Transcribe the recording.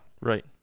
right